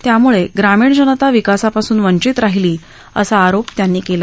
त्यामुळे ग्रामीण जनता विकासापासून वंचित राहिली असा आरोप त्यांनी केला